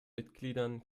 mitgliedern